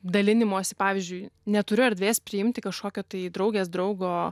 dalinimosi pavyzdžiui neturiu erdvės priimti kažkokio tai draugės draugo